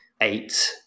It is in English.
eight